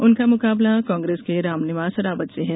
उनका मुकाबला कांग्रेस के रामनिवास रावत से है